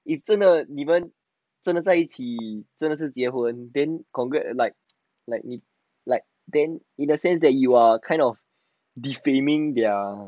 你真的你们真的在一起真的是结婚 then congratulations like like then in a sense that you are kind of defaming their their